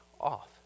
off